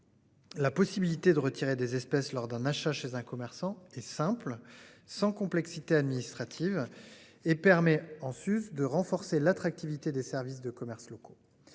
La possibilité de retirer des espèces lors d'un achat chez un commerçant et simple sans complexité administrative. Et permet en. Plus de renforcer l'attractivité des services de commerces locaux.